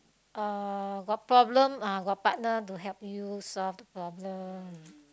uh got problem uh got partner to help you solve the problem